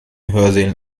hörsälen